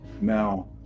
Now